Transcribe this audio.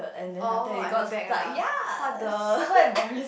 oh at the back ah what the